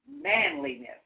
manliness